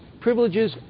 privileges